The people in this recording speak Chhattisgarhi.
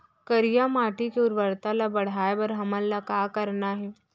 करिया माटी के उर्वरता ला बढ़ाए बर हमन ला का करना हे?